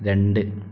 രണ്ട്